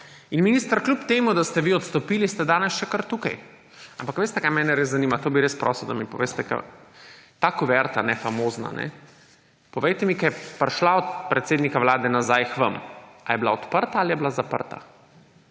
In minister, kljub temu da ste vi odstopili, ste danes še kar tukaj. Ampak veste, kaj mene res zanima? To bi res prosil, da mi poveste. Ta kuverta, famozna, povejte mi, ko je prišla od predsednika Vlade nazaj k vam, ali je bila odprta ali je bila zaprta.